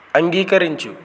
అంగీకరించుము